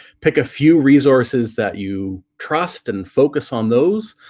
pick a few resources that you trust and focus on those,